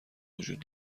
وجود